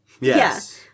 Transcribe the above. Yes